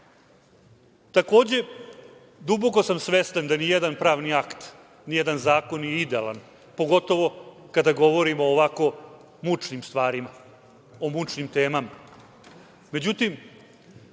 rešavamo. Duboko sam svestan da ni jedan pravni akt, ni jedan zakon nije idealan, pogotovo kada govorimo o ovako mučnim stvarima, o mučnim temama.